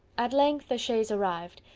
at length the chaise arrived,